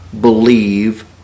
believe